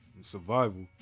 survival